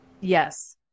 Yes